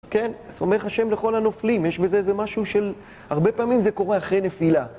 כן, סומך השם לכל הנופלים, יש בזה איזה משהו של, הרבה פעמים זה קורה אחרי נפילה.